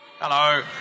Hello